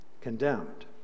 condemned